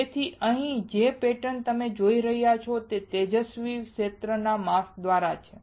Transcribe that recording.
તેથી અહીં જે પેટર્ન તમે જોઈ રહ્યા છો તે તેજસ્વી ક્ષેત્રના માસ્ક દ્વારા છે